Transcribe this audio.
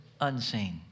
unseen